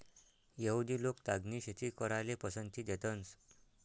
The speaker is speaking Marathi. यहुदि लोक तागनी शेती कराले पसंती देतंस